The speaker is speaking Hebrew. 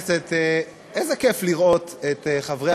איזה כיף לראות את חברי